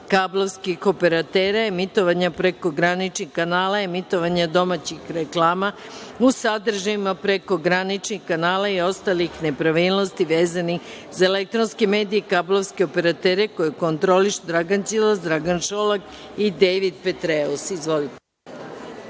kablovskih operatera, emitovanja prekograničnih kanala, emitovanja domaćih reklama u sadržajima prekograničnih kanala i ostalih nepravilnosti vezanih za elektronske medije i kablovske operatere koje kontrolišu Dragan Đilas, Dragan Šolak i Dejvid